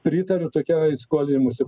pritariu tokiai skolinimosi